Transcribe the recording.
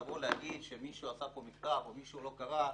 לבוא ולהגיד שמישהו עשה פה מחטף או מישהו לא קרא,